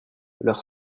leurs